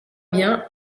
bien